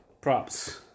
props